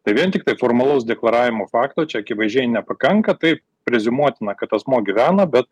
tai vien tiktai formalaus deklaravimo fakto čia akivaizdžiai nepakanka tai preziumuotina kad asmuo gyvena bet